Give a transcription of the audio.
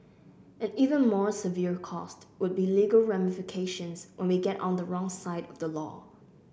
an even more severe cost would be legal ramifications when we get on the wrong side of the law